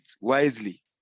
wisely